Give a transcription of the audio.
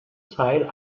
teil